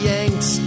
Yanks